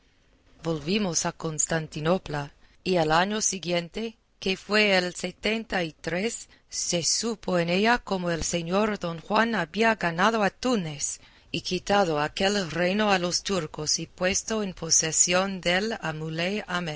volvimos a constantinopla y el año siguiente que fue el de setenta y tres se supo en ella cómo el señor don juan había ganado a túnez y quitado aquel reino a los turcos y puesto en posesión dél